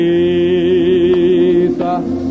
Jesus